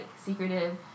secretive